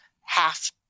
half